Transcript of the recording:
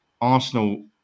Arsenal